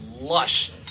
lush